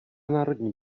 národní